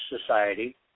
society